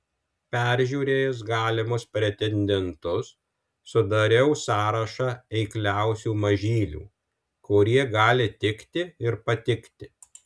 peržiūrėjęs galimus pretendentus sudariau sąrašą eikliausių mažylių kurie gali tikti ir patikti